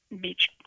beach